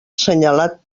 senyalat